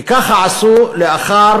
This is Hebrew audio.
כי ככה עשו לאחר